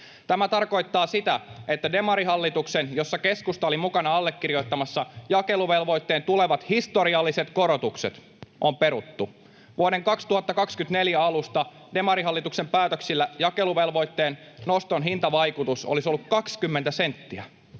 Tämä tarkoittaa sitä, että demarihallituksen, jossa keskusta oli mukana allekirjoittamassa, jakeluvelvoitteen tulevat historialliset korotukset on peruttu. Vuoden 2024 alusta demarihallituksen päätöksillä jakeluvelvoitteen noston hintavaikutus olisi ollut 20 senttiä